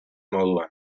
moduan